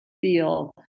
feel